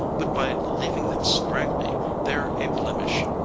but by leaving them straggly they're a blemish.